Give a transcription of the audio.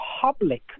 public